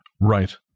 Right